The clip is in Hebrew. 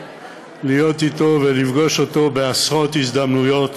להיות אתו ולפגוש אותו בעשרות הזדמנויות,